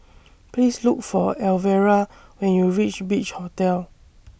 Please Look For Elvera when YOU REACH Beach Hotel